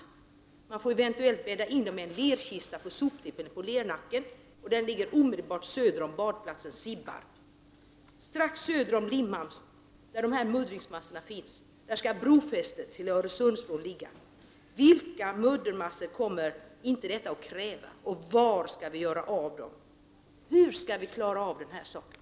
Eventuellt måste de bäddas in i en lerkista på soptippen på Lernacken, omedelbart söder om badplatsen Sibbarp. Strax söder om Limhamn, där alltså muddringsmassorna finns, skall brofästet till Öresundsbron ligga. Vilka muddringsmassor kommer inte detta arbete att kräva, och var skall vi göra av dem? Hur skall vi lösa detta problem?